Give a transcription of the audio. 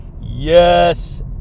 Yes